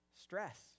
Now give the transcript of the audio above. Stress